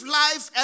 life